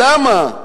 למה?